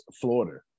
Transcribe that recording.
Florida